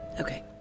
Okay